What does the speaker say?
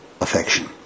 affection